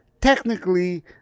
Technically